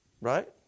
Right